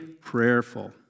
prayerful